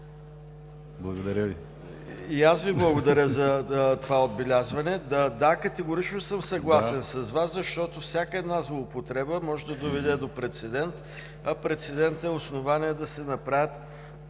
КИРИЛОВ: И аз Ви благодаря за това отбелязване. Да, категорично съм съгласен с Вас, защото всяка една злоупотреба може да доведе до прецедент, а той е основание да се направи